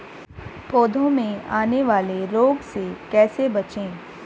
पौधों में आने वाले रोग से कैसे बचें?